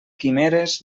quimeres